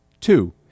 Two